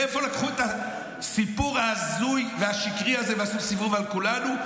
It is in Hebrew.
מאיפה לקחו את הסיפור ההזוי והשקרי הזה ועשו סיבוב על כולנו?